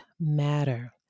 matter